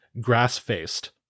grass-faced